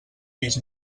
fills